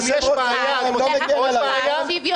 אדוני היושב-ראש, אתה לא מגן עליי --- זה